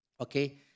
okay